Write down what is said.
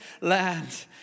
land